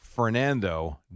Fernando